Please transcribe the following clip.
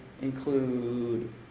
include